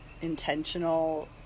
intentional